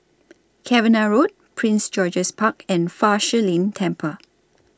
Cavenagh Road Prince George's Park and Fa Shi Lin Temple